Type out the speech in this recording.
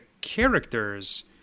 characters